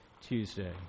Tuesday